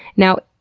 now,